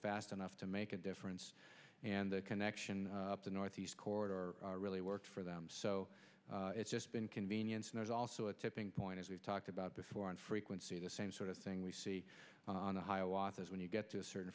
fast enough to make a difference and the connection the northeast corridor really worked for them so it's just been convenience and there's also a tipping point as we've talked about before and frequency the same sort of thing we see on the high office when you get to a certain